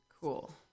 cool